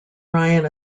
ryan